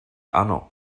ano